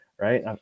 right